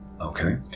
Okay